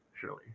surely